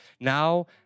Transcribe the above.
now